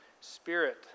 spirit